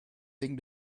wegen